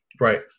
right